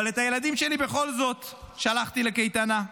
אבל את הילדים שלי בכל זאת שלחתי לקייטנה,